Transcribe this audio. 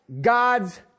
God's